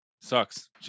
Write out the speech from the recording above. sucks